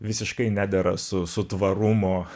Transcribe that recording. visiškai nedera su su tvarumo